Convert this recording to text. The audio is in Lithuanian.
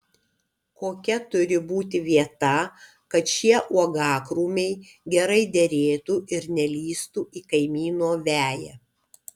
kokia turi būti vieta kad šie uogakrūmiai gerai derėtų ir nelįstų į kaimyno veją